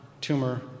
tumor